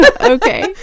Okay